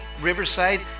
Riverside